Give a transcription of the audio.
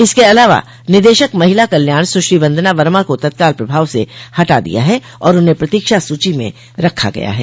इसके अलावा निदेशक महिला कल्याण सुश्री वन्दना वर्मा को तत्काल प्रभाव से हटा दिया है और उन्हें प्रतीक्षा सूची में रखा गया है